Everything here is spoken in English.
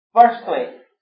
Firstly